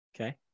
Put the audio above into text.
Okay